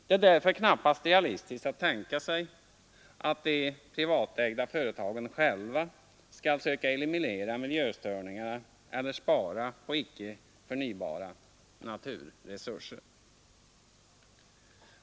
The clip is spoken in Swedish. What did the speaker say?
Det är därför knappast realistiskt att tänka sig att de privatägda företagen själva skall söka eliminera miljöstörningarna eller spara på icke förnybara naturresurser.